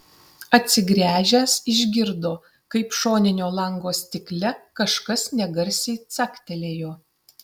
atsigręžęs išgirdo kaip šoninio lango stikle kažkas negarsiai caktelėjo